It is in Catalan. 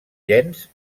llenç